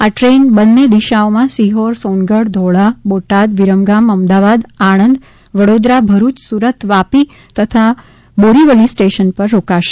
આ ટ્રેન બંને દિશાઓમાં સિહોર સોનગઢ ધોળા બોટાદ વિરમગામ અમદાવાદ આણંદ વડોદરા ભરૂચ સુરત વાપી તથા બોરીવલી સ્ટેશન પર રોકાશે